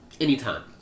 Anytime